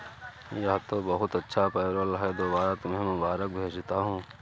यह तो बहुत अच्छा पेरोल है दोबारा तुम्हें मुबारकबाद भेजता हूं